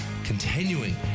Continuing